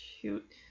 cute